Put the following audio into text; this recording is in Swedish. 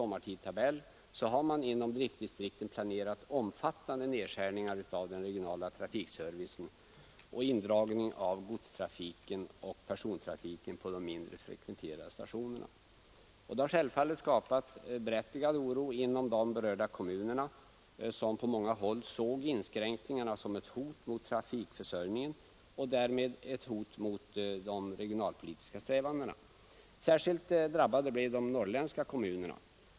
mindre frekventerade stationerna. Detta har självfallet skapat berättigad oro inom de berörda kommu nerna, som på många håll såg inskränkningarna som ett hot mot trafikförsörjningen och därmed mot de regionalpolitiska strävandena. Särskilt drabbade blev de norrländska kommunerna.